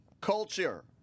culture